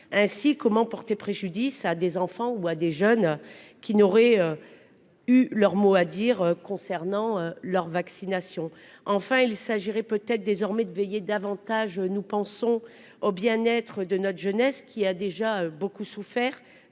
titre porterait-on préjudice à des enfants ou à des jeunes qui n'auraient eu leur mot à dire concernant leur vaccination ? Enfin, il s'agirait peut-être désormais de veiller davantage au bien-être psychique de notre jeunesse, qui a déjà beaucoup souffert